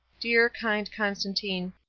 dear, kind constantine,